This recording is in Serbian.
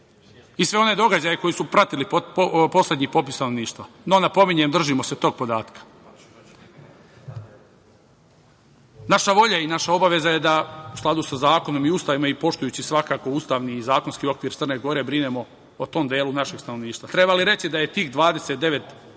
i sve one događaje koji su pratili poslednji popis stanovništva. No, napominjem, držimo se tog podatka. Naša volja i naša obaveza je da, u skladu sa zakonom, ustavima i poštujući svakako ustavni i zakonski okvir Crne Gore, brinemo o tom delu našeg stanovništva. Treba li reći da je tih 29% stanovništva